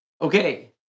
Okay